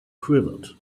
quivered